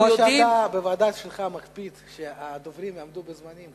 כמו שבוועדה שלך אתה מקפיד שהדוברים יעמדו בזמנים,